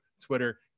Twitter